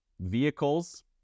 vehicles